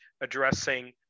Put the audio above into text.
addressing